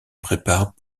préparent